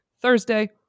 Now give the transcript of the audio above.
Thursday